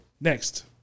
next